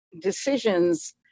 decisions